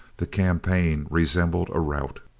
the campaign resembled a rout.